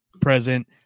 present